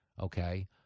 Okay